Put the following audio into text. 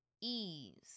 ease